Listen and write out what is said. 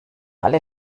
alle